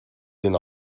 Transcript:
denn